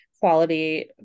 quality